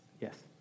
Yes